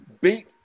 beat